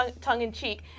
tongue-in-cheek